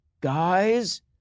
guys